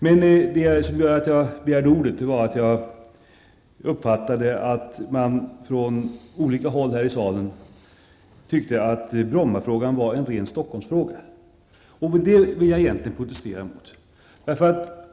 Men det som gjorde att jag begärde ordet, var att jag uppfattade att man från olika håll här i salen tyckte att Brommafrågan var en ren Stockholmsfråga. Det vill jag egentligen protestera mot.